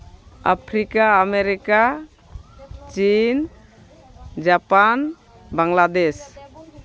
Africa America chin Japan Bangladesh